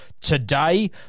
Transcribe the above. today